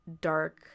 dark